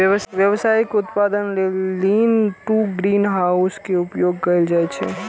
व्यावसायिक उत्पादन लेल लीन टु ग्रीनहाउस के उपयोग कैल जाइ छै